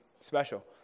special